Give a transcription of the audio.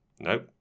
Nope